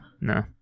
No